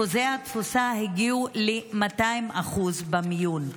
אחוזי התפוסה הגיעו ל-200% במיון,